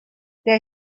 their